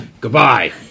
Goodbye